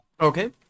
Okay